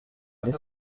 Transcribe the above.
les